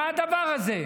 מה הדבר הזה?